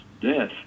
death